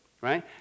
right